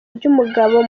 ry’umugabo